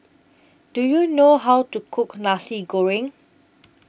Do YOU know How to Cook Nasi Goreng